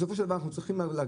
בסופו של דבר אנחנו צריכים להגיע,